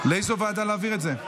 לאיזו ועדה להעביר את זה?